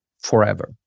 forever